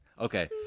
Okay